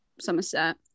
Somerset